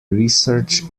research